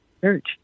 church